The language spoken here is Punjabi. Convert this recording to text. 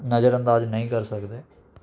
ਨਜ਼ਰਅੰਦਾਜ਼ ਨਹੀਂ ਕਰ ਸਕਦੇ